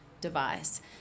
device